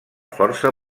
força